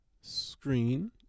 screen